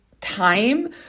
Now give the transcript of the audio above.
time